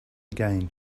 again